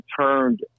turned